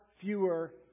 fewer